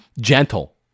gentle